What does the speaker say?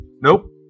nope